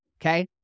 okay